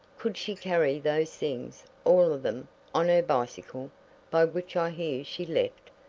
could she carry those things all of them on her bicycle by which i hear she left?